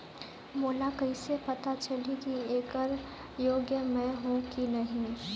मोला कइसे पता चलही की येकर योग्य मैं हों की नहीं?